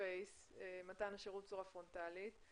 שמונעת מתן שירות בצורה פרונטלית.